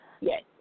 Yes